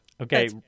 Okay